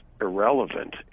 irrelevant